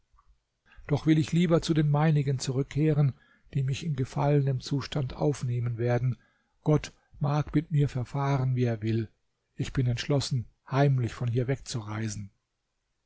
doch will ich lieber zu den meinigen zurückkehren die mich in gefallenem zustand aufnehmen werden gott mag mit mir verfahren wie er will ich bin entschlossen heimlich von hier wegzureisen